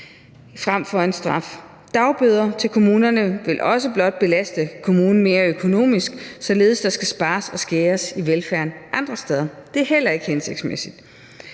frem for en straf. Dagbøder til kommunerne vil også blot belaste kommunen mere økonomisk, således at der skal spares og skæres i velfærden andre steder. Det er heller ikke hensigtsmæssigt.